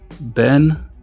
Ben